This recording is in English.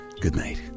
goodnight